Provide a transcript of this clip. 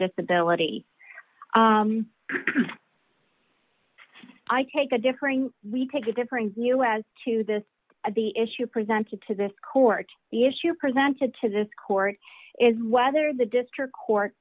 disability i take a differing we take a differing view as to this of the issue presented to this court the issue presented to this court is whether the district court